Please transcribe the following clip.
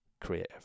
creative